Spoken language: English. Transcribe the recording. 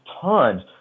tons